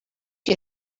you